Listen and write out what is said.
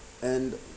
and